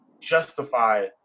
justify